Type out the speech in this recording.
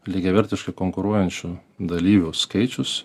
lygiavertiškai konkuruojančiu dalyvių skaičius